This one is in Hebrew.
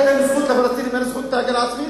לפלסטינים אין זכות להגנה עצמית?